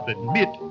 admit